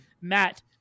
Matt